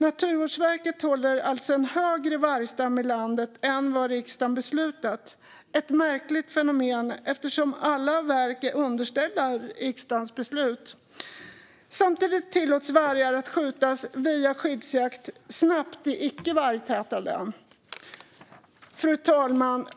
Naturvårdsverket håller alltså en högre vargstam i landet än vad riksdagen har beslutat. Det är ett märkligt fenomen, eftersom alla verk är underställa riksdagens beslut. Samtidigt tillåts vargar skjutas snabbt via skyddsjakt i icke vargtäta län. Fru talman!